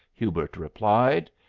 hubert replied.